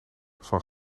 van